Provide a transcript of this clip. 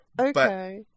Okay